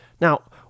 Now